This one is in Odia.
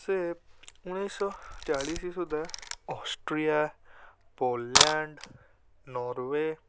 ସେ ଉଣେଇଶହ ଚାଳିଶ ସୁଦ୍ଧା ଅଷ୍ଟ୍ରିଆ ପୋଲାଣ୍ଡ ନରୱେ